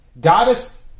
Goddess